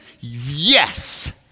yes